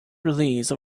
release